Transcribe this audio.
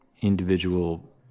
individual